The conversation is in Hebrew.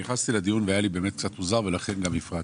נכנסתי לדיון והיה לי קצת מוזר ולכן גם הפרעתי.